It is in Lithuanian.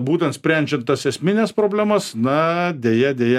būtent sprendžiant tas esmines problemas na deja deja